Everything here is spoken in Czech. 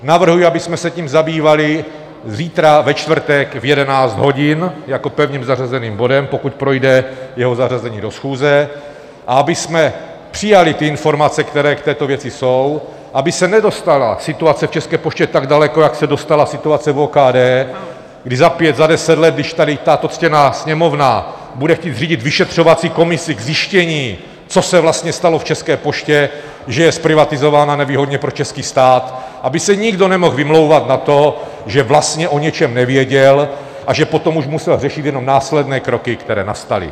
Navrhuji, abychom se tím zabývali zítra, ve čtvrtek v 11 hodin jako pevně zařazeným bodem, pokud projde jeho zařazení do schůze, a abychom přijali ty informace, které k této věci jsou, aby se nedostala situace v České poště tak daleko, jak se dostala situace v OKD, kdy za pět, za deset let, když tady tato ctěná Sněmovna bude chtít zřídit vyšetřovací komisi k zjištění, co se vlastně stalo v České poště, že je zprivatizována nevýhodně pro český stát, aby se nikdo nemohl vymlouvat na to, že vlastně o něčem nevěděl a že potom už musel řešit jenom následné kroky, které nastaly.